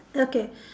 okay